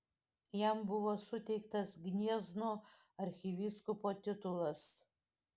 jam buvo suteiktas gniezno arkivyskupo titulas